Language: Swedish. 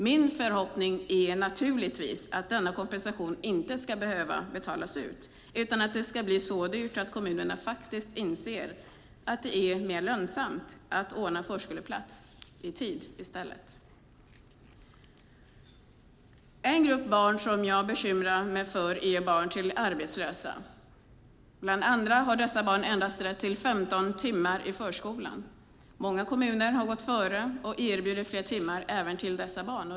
Min förhoppning är naturligtvis att denna kompensation inte ska behöva betalas ut utan att det ska bli så dyrt att kommunerna faktiskt inser att det är mer lönsamt att ordna förskoleplats i tid i stället. En grupp barn som jag bekymrar mig för är barn till arbetslösa. Bland annat har dessa barn rätt till endast 15 timmar i förskolan. Många kommuner har gått före och erbjuder fler timmar även till dessa barn.